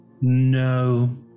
No